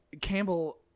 Campbell